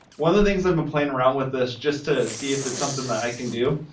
one of the things i've been playing around with this, just to see if it's something that i can do,